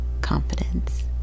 confidence